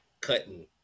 cutting